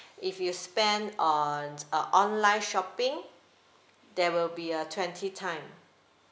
if you spend on a online shopping there will be a twenty time